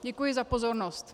Děkuji za pozornost.